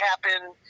happen